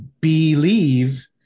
believe